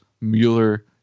mueller